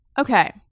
Okay